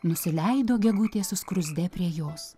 nusileido gegutė su skruzde prie jos